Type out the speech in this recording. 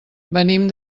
venim